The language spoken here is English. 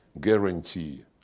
guarantee